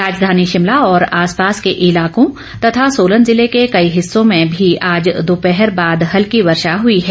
राजधानी शिमला और आसपास के इलाकों तथा सोलन जिले के कई हिस्सों में भी आज दोपहर बाद हल्की वर्षा हई है